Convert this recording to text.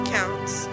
Counts